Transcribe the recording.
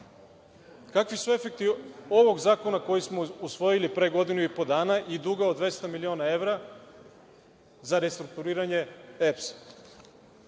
Kakvi su efekti ovog zakona koji smo usvoji pre godinu i po dana i duga od 200 miliona evra, za restrukturiranje